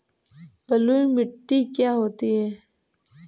बलुइ मिट्टी क्या होती हैं?